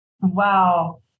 Wow